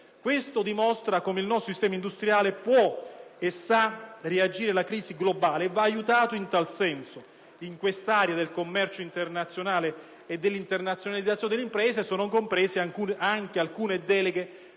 Questo dimostra come il nostro sistema industriale può e sa reagire alla crisi globale e va aiutato in tal senso. In questa area del commercio internazionale e della internazionalizzazione delle imprese sono comprese anche alcune deleghe